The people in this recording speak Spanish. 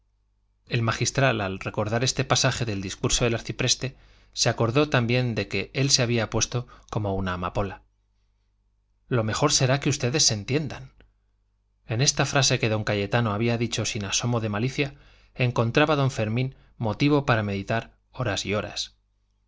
el magistral al recordar este pasaje del discurso del arcipreste se acordó también de que él se había puesto como una amapola lo mejor será que ustedes se entiendan en esta frase que don cayetano había dicho sin asomos de malicia encontraba don fermín motivo para meditar horas y horas